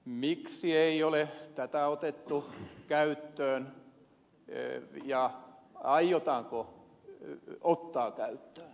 miksi ei ole tätä otettu käyttöön ja aiotaanko ottaa käyttöön